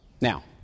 Now